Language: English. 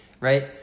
right